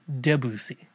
debussy